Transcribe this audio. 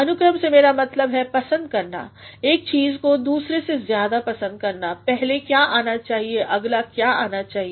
अनुक्रम से मेरा मतलब है पसंद करना एक चीज़ को दुसरे से ज्यादा पसंद करना पहले क्या आना चाहिए अगला क्या आना चाहिए